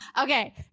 Okay